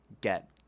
get –